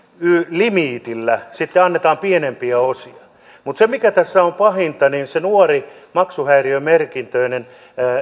limiitillä sitten annetaan pienempiä osia mutta se mikä tässä on pahinta on että se nuori maksuhäiriömerkintöinen